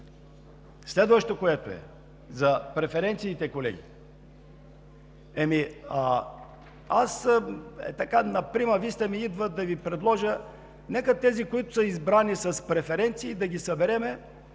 Следващото, което е: за преференциите, колеги. На прима виста ми идва да Ви предложа – нека тези, които са избрани с преференции, да ги съберем,